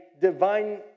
divine